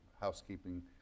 housekeeping